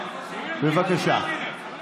בבקשה,